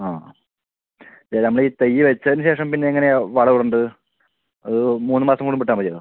ആ ഇത് നമ്മള് തൈ വെച്ചതിന് ശേഷം പിന്നെ എങ്ങനെയാണ് വളം ഇടണ്ടത് അത് മൂന്ന് മാസം കൂടുമ്പം ഇട്ടാൽ മതിയോ